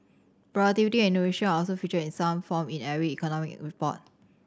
productivity and innovation are also featured in some form in every economic report